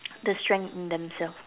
the strength in themselves